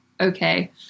okay